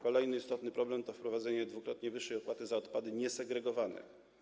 Kolejny istotny problem dotyczy wprowadzenia dwukrotnie wyższej opłaty za odpady niesegregowane.